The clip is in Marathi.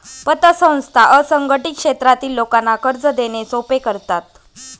पतसंस्था असंघटित क्षेत्रातील लोकांना कर्ज देणे सोपे करतात